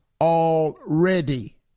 already